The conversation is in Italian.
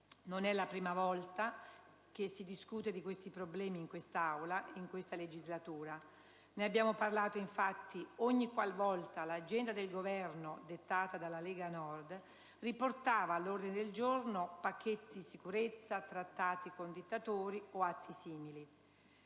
Non è la prima volta che si discute di questi problemi in quest'Aula in questa legislatura. Ne abbiamo parlato, infatti, ogni qualvolta l'agenda del Governo, dettata dalla Lega Nord, riportava all'ordine del giorno pacchetti sicurezza, trattati con dittatori o atti simili.